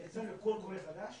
יצאנו בקול קורא חדש,